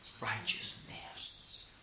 Righteousness